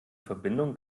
verbindung